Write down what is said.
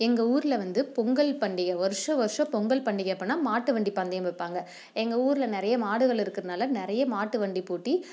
எங்கள் ஊரில் வந்து பொங்கல் பண்டிகை வருஷா வருஷம் பொங்கல் பண்டிகை அப்போன்னா மாட்டு வண்டி பந்தயம் வைப்பாங்க எங்கள் ஊரில் நிறைய மாடுகள் இருக்கிறதுனால நிறைய மாட்டு வண்டிப்பூட்டி